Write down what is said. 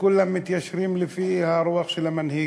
וכולם מתיישרים לפי הרוח של המנהיג.